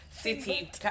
City